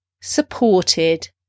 supported